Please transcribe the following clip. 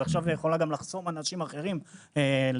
עכשיו, היא יכולה גם לחסום אנשים אחרים מלהיכנס.